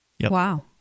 Wow